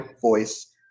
voice